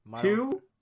Two